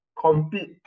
compete